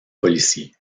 policiers